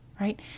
right